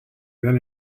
than